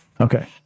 Okay